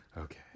Okay